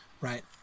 right